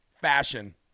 fashion